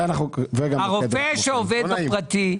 הרופא שעובד בפרטי,